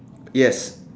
yes